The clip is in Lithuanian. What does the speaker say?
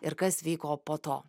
ir kas vyko po to